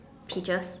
peaches